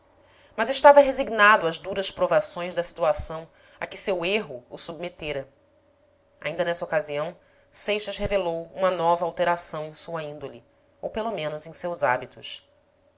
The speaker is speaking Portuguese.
pior mas estava resignado às duras provações da situação a que seu erro o submetera ainda nessa ocasião seixas revelou uma nova alteração em sua índole ou pelo menos em seus hábitos